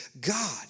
God